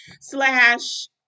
slash